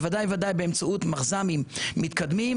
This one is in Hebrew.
בוודאי באמצעות מחז"מים מתקדמים,